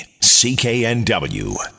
CKNW